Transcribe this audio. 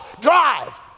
drive